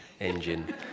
engine